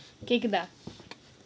கேக்குதா:kekkuthaa